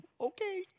okay